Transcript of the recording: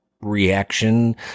reaction